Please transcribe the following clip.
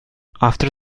after